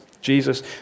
Jesus